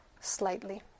slightly